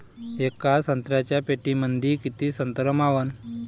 येका संत्र्याच्या पेटीमंदी किती संत्र मावन?